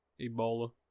Ebola